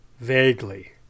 Vaguely